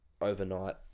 Overnight